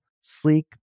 sleek